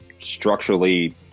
structurally